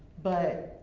but.